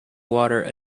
water